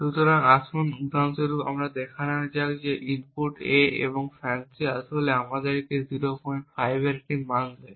সুতরাং আসুন উদাহরণ স্বরূপ নেওয়া যাক ইনপুট A এবং FANCI আসলে আমাদেরকে 05 এর একটি মান দেয়